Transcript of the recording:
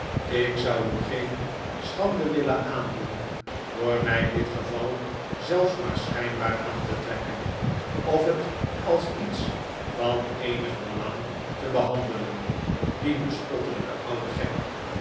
ik zou u geen schande willen aandoen door mij ditgeval zelfs maar schijnbaar aan te trekken of het als iets van eenig belang te behandelen die bespottelijke oude gek